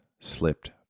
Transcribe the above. Slipped